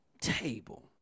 table